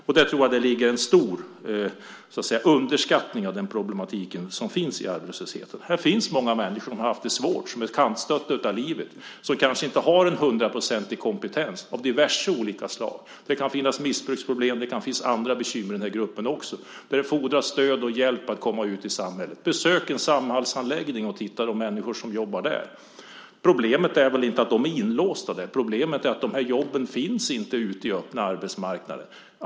Däri tror jag att det ligger en stor underskattning av den problematik som finns i arbetslösheten. Här finns många människor som har haft det svårt, som är kantstötta av livet och som kanske inte har en 100-procentig kompetens av diverse olika slag. Det kan finnas missbruksproblem, och det kan finnas andra bekymmer i den här gruppen också så att det fordras stöd och hjälp att komma ut i samhället. Besök en Samhallsanläggning och titta på de människor som jobbar där! Problemet är inte att de är inlåsta där, utan problemet är att de här jobben inte finns ute på den öppna arbetsmarknaden.